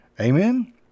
Amen